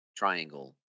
triangle